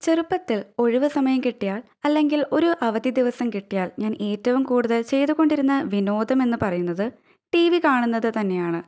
ചെറുപ്പത്തിൽ ഒഴിവു സമയം കിട്ടിയാൽ അല്ലെങ്കിൽ ഒര് അവധി ദിവസം കിട്ടിയാൽ ഞാൻ ഏറ്റവും കൂടുതൽ ചെയ്തുകൊണ്ടിരുന്ന വിനോദം എന്ന് പറയുന്നത് ടി വി കാണുന്നത് തന്നെയാണ്